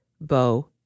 bow